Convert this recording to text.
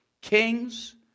kings